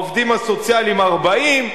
העובדים הסוציאליים 40,